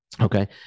Okay